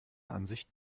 ansicht